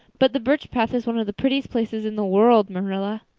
but the birch path is one of the prettiest places in the world, marilla.